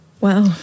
Wow